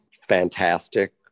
fantastic